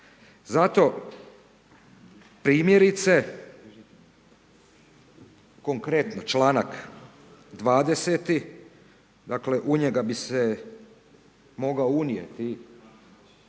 Zato primjerice, konkretno čl. 20. dakle, u njega bi se mogao unijeti